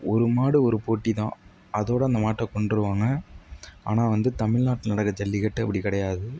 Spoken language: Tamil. ஒரு மாடு ஒரு போட்டி தான் அதோடு அந்த மாட்டை கொன்றுடுவாங்க ஆனால் வந்து தமிழ்நாட்டில் நடக்கிற ஜல்லிக்கட்டு அப்படி கிடையாது